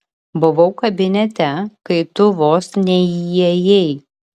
buvau kabinete kai tu vos neįėjai